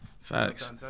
facts